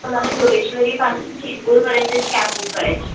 तर मला जोगेश्वरीपासून चेंबुरपर्यंतची कॅब बुक करायची आहे